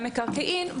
גם מקרקעין,